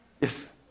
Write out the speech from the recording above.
Yes